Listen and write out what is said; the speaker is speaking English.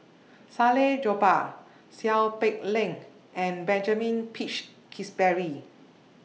Salleh Japar Seow Peck Leng and Benjamin Peach Keasberry